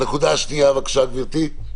הנקודה השנייה, בבקשה גברתי.